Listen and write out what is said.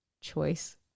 choice